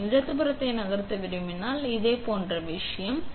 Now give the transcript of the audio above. நான் இடது புறத்தை நகர்த்த விரும்பினால் அது இதே போன்ற விஷயம்